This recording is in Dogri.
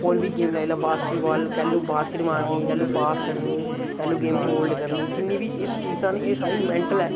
होर बी गेम लाई लैओ बास्केट बाल कैलू बास्केट मारनी कैलू पास करनी कैलू गेम होल्ड करनी जिन्नी बी एह् चीजां न एह् सारी मेंटल ऐ